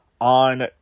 on